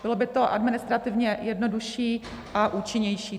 Bylo by to administrativně jednodušší a účinnější.